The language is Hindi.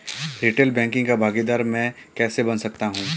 रीटेल बैंकिंग का भागीदार मैं कैसे बन सकता हूँ?